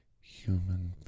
human